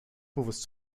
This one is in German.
bewusst